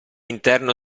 interno